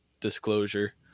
disclosure